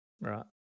Right